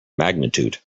magnitude